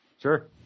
Sure